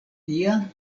tia